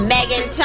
Megan